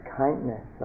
kindness